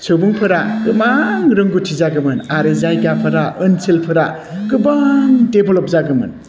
सुबुंफोरा गोबां रोंगौथि जागौमोन आरो जायगाफोरा ओनसोलफोरा गोबां डेभलप जागौमोन